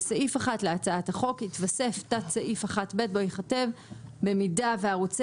בסעיף 1 להצעת החוק יתווסף תת סעיף 1(ב) בו ייכתב 'במידה שערוצי